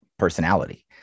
personality